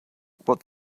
what